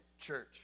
church